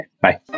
Bye